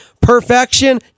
Perfection